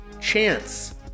Chance